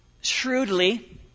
shrewdly